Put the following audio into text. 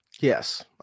Yes